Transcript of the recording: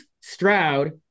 Stroud